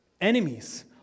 enemies